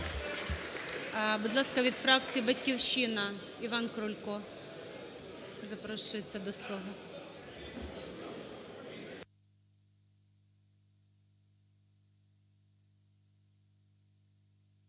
Будь ласка, від фракції "Батьківщина" Іван Крулько запрошується до слова.